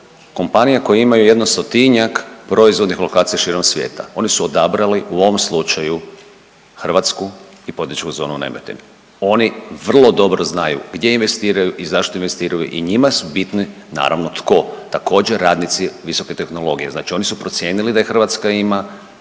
kompanija koji imaju jedno stotinjak proizvodnih lokacija širom svijeta. Oni su odabrali u ovom slučaju Hrvatsku i poduzetničku zonu Nemetin, oni vrlo dobro znaju gdje investiraju i zašto investiraju i njima su bitni naravno tko, također radnici visoke tehnologije. Znači oni su procijenili da ih Hrvatska ima